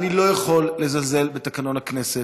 אני לא יכול לזלזל בתקנון הכנסת,